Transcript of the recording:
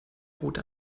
route